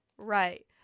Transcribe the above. right